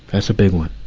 that's a big one.